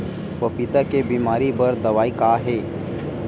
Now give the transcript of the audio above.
पपीता के बीमारी बर दवाई का हे?